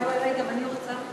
וואי, וואי, וואי, גם אני רוצה.